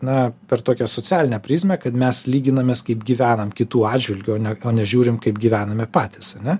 na per tokią socialinę prizmę kad mes lyginamės kaip gyvenam kitų atžvilgiu o ne o nežiūrim kaip gyvename patys ane